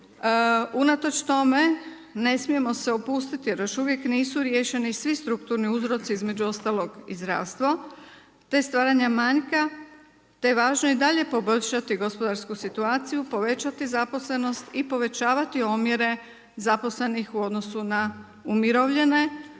unatoč tome ne smijemo se opustiti jer još uvijek nisu riješeni svi strukturni uzroci između ostalog i zdravstvo te stvaranja manjka te je važno i dalje poboljšati gospodarsku situaciju, povećati zaposlenost i povećavati omjere zaposlenih u odnosu na umirovljene